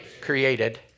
created